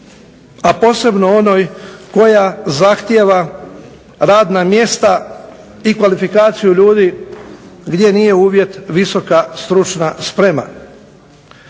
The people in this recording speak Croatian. a posebno onoj koja zahtijeva radna mjesta i kvalifikaciju ljudi gdje nije uvjet visoka stručna sprema.